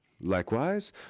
Likewise